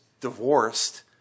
divorced